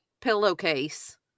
pillowcase